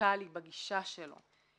רדיקלי בגישה שלו.